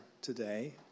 today